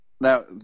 now